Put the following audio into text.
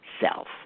self